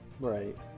Right